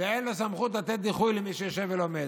ואין לו סמכות לתת דיחוי למי שיושב ולומד.